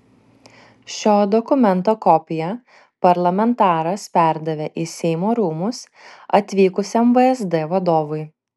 šio dokumento kopiją parlamentaras perdavė į seimo rūmus atvykusiam vsd vadovui